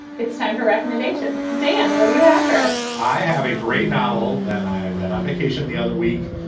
it's time for recommendations. dan, what do you have for us? i have a great novel that i read on vacation the other week.